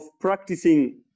practicing